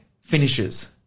finishes